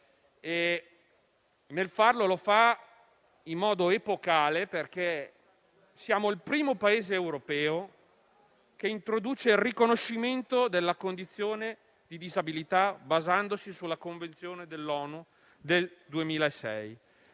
legge fa, e lo fa in modo epocale, perché siamo il primo Paese europeo a introdurre il riconoscimento della condizione di disabilità basandoci sulla convenzione dell'ONU del 2006,